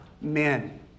men